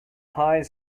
high